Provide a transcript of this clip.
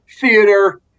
theater